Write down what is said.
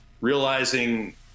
realizing